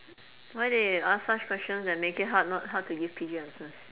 why they ask such questions that make it hard not hard to give P_G answers